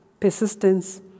persistence